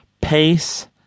Pace